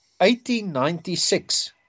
1896